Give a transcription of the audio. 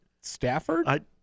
Stafford